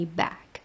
back